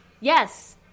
Yes